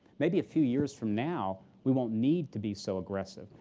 maybe a few years from now, we won't need to be so aggressive.